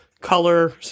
color